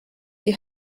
die